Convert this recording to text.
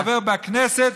אחרי זה תטיף לנו מוסר.